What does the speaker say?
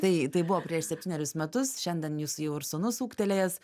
tai tai buvo prieš septynerius metus šiandien jūsų jau ir sūnus ūgtelėjęs